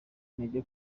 intege